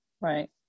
right